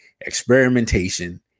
experimentation